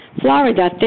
Florida